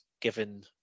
given